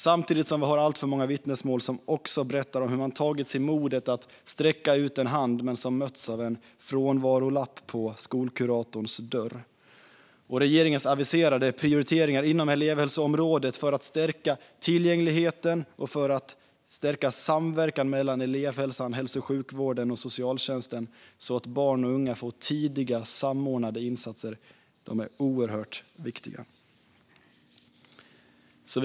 Samtidigt har vi alltför många vittnesmål som berättar om att man tagit sig modet att sträcka ut en hand men mötts av en frånvarolapp på skolkuratorns dörr. Regeringens aviserade prioriteringar inom elevhälsoområdet är oerhört viktiga för att stärka tillgängligheten och stärka samverkan mellan elevhälsan, hälso och sjukvården och socialtjänsten så att barn och unga får tidiga och samordnade insatser. Herr talman!